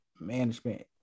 management